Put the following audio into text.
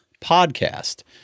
Podcast